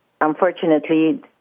unfortunately